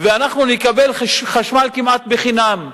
אנחנו נקבל חשמל כמעט חינם,